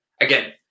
again